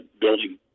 building